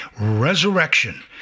resurrection